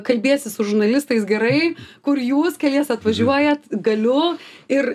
kalbiesi su žurnalistais gerai kur jūs keliese atvažiuojat galiu ir